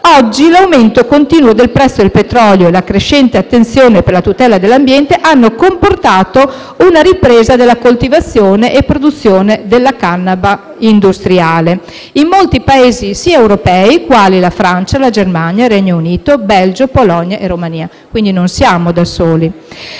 oggi l'aumento continuo del prezzo del petrolio e la crescente attenzione per la tutela dell'ambiente hanno comportato una ripresa della coltivazione e produzione della canapa industriale in molti Paesi europei quali Francia, Germania, Regno Unito, Belgio, Polonia e Romania (quindi non siamo da soli).